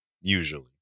Usually